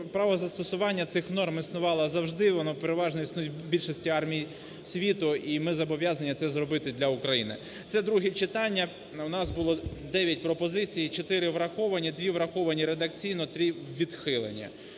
правозастосування цих норм існувало завжди, воно переважно існує в більшості армій світу, і ми зобов'язані це зробити для України. Це друге читання. В нас було 9 пропозицій: чотири враховані, дві враховані редакційно, три відхилені.